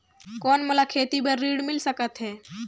कौन मोला खेती बर ऋण मिल सकत है?